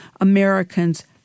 Americans